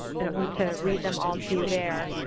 i don't need to read them all to you there,